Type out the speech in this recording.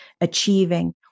achieving